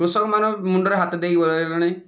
କୃଷକମାନେ ମୁଣ୍ଡରେ ହାତ ଦେଇ ଗଲେଣି